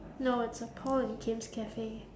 no it's a paul and kim's cafe